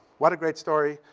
what a great story.